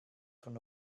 von